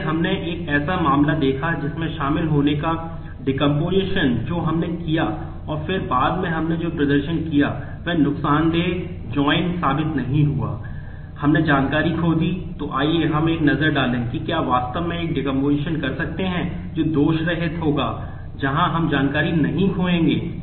इसलिए हमने एक ऐसा मामला देखा जिसमें शामिल होने का डेकोम्पोसिशन होगा जहां हम जानकारी नहीं खोएंगे